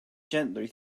gently